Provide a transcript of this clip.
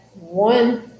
one